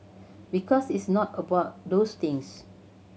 because it's not about those things